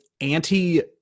anti